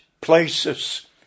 places